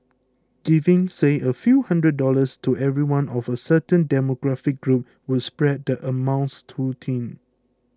giving say a few hundred dollars to everyone of a certain demographic group would spread the amounts too thin